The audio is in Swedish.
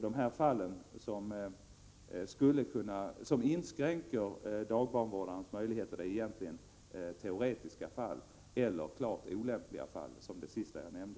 De fall som inskränker dagbarnvårdarens möjligheter är egentligen teoretiska fall eller klart olämpliga fall, som det sista jag nämnde.